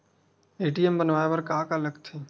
ATM बनवाय बर का का लगथे?